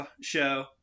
Show